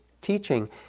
teaching